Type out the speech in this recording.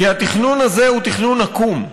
כי התכנון הזה הוא תכנון עקום,